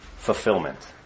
Fulfillment